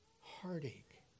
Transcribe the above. heartache